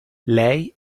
lei